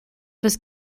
this